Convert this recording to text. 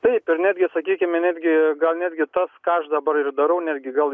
taip ir netgi sakykime netgi gal netgi tas ką aš dabar ir darau netgi gal